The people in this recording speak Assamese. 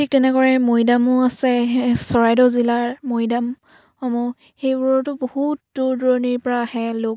ঠিক তেনেকৈ মৈদামো আছে চৰাইদেউ জিলাৰ মৈদামসমূহ সেইবোৰতো বহুত দূৰ দূৰণিৰ পৰা আহে লোক